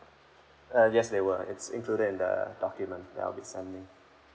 uh yes they were is included in the document that I'll be sending